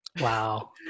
wow